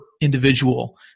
individual